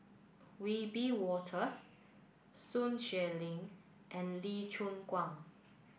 Wiebe Wolters Sun Xueling and Lee Choon Guan